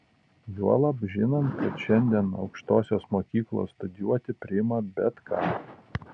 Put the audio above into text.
juolab žinant kad šiandien aukštosios mokyklos studijuoti priima bet ką